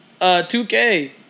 2K